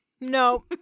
no